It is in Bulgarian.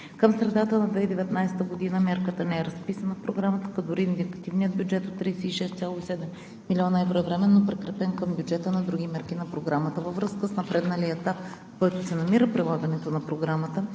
Към средата на 2019 г. Мярката не е разписана в Програмата, като дори индикативният бюджет от 36,7 млн. евро е временно прикрепен към бюджета на други мерки на Програмата. Във връзка с напредналия етап, в който се намира прилагането на Програмата,